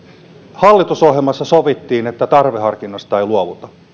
hallitusohjelmassa sovittiin että tarveharkinnasta ei luovuta